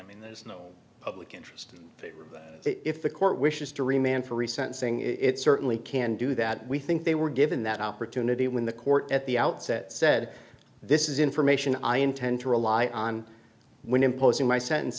mean there's no public interest in favor if the court wishes to remain free sensing it certainly can do that we think they were given that opportunity when the court at the outset said this is information i intend to rely on when imposing my sentence